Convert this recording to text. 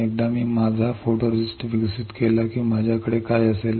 एकदा मी माझा फोटोरिस्ट विकसित केला की माझ्याकडे काय असेल